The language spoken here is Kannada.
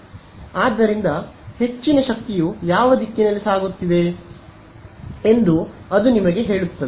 ಆದ್ದರಿಂದ ಹೆಚ್ಚಿನ ಶಕ್ತಿಯು ಯಾವ ದಿಕ್ಕಿನಲ್ಲಿ ಸಾಗುತ್ತಿದೆ ಎಂದು ಅದು ನಿಮಗೆ ಹೇಳುತ್ತಿದೆ